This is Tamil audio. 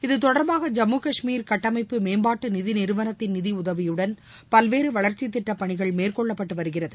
இத்தொடர்பாக ஜம்மு காஷ்மீர் கட்டமைப்பு மேம்பாட்டு நிதி நிறுவனத்தின் நிதியுதவியுடன் பல்வேறு வளர்ச்சித் திட்டப் பணிகள் மேற்கொள்ளப்பட்டு வருகிறது